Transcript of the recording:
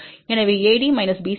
எனவேAD